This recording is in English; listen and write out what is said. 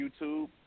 YouTube